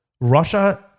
Russia